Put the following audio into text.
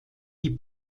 die